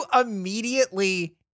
immediately